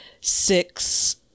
six